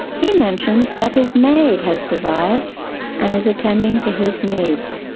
he mentions that his maid has survived and is attending to his needs